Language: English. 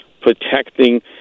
protecting